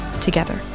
together